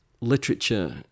literature